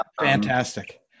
fantastic